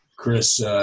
Chris